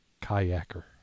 kayaker